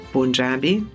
Punjabi